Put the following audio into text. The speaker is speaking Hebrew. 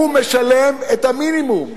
הוא משלם את המינימום,